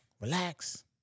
relax